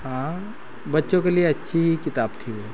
हाँ बच्चों के लिए अच्छी किताब थी वो